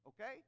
okay